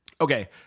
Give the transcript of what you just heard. Okay